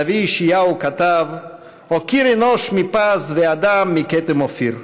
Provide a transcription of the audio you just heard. הנביא ישעיהו כתב "אוקיר אנוש מפז ואדם מכתם אופיר",